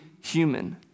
human